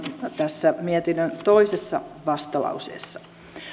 tässä mietinnön toisessa vastalauseessa